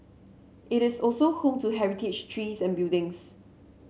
it is also home to heritage trees and buildings